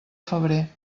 febrer